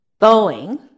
Boeing